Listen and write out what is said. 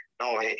no